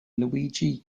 luigi